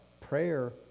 prayer